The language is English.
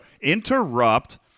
interrupt